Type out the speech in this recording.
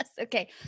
Okay